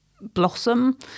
blossom